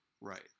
right